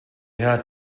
had